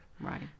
Right